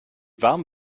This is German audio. warm